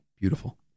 Beautiful